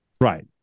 Right